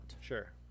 Sure